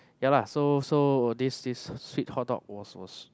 ya lah so so this this sweet hot dog was was